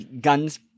guns